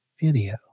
video